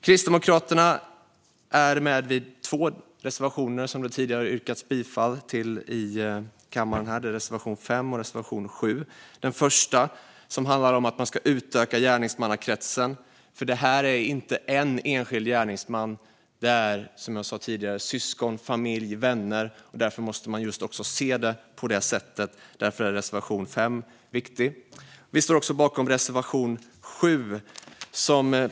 Kristdemokraterna är med i två reservationer som det tidigare har yrkats bifall till, reservationerna 5 och 7. Den första handlar om att utöka gärningsmannakretsen, för här har vi inte en enskild gärningsman utan syskon, familj och vänner. Vi måste se det på det sättet, och därför är reservation 5 viktig. Vi står också bakom reservation 7.